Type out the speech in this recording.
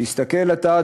תסתכל אתה,